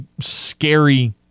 scary